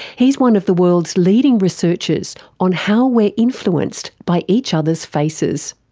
he's one of the world's leading researchers on how we're influenced by each other's faces.